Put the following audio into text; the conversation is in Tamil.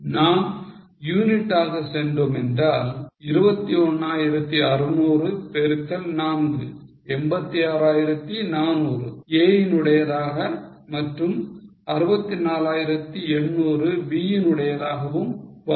நாம் யூனிட்டாக சென்றோம் என்றால் 21600 பெருக்கல் 4 86400 A ன்னுடையதாக மற்றும் 64800 B ன்னுடையதாகவும் வரும்